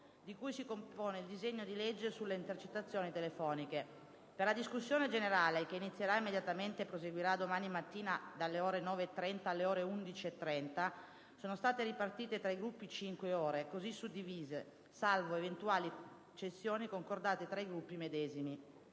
di cui si compone il disegno di legge n. 1611 sulle intercettazioni telefoniche. Per la discussione, che inizierà immediatamente e proseguirà domani mattina dalle ore 9,30 alle ore 11,30, sono state ripartite tra i Gruppi cinque ore, così suddivise, salvo eventuali cessioni concordate tra i Gruppi medesimi: